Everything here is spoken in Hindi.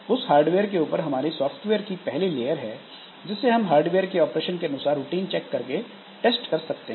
इस हार्डवेयर के ऊपर हमारी सॉफ्टवेयर की पहली लेयर है जिसे हम हार्डवेयर के ऑपरेशन के अनुसार रूटीन चेक करके टेस्ट कर सकते हैं